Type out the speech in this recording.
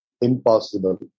impossible